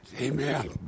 Amen